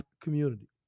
community